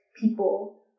people